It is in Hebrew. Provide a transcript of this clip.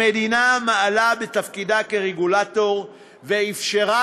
המדינה מעלה בתפקידה כרגולטור ואפשרה